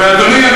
אדוני,